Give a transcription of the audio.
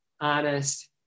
honest